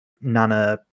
Nana